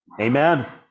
amen